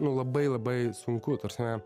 nu labai labai sunku ta prasme